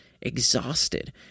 exhausted